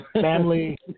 family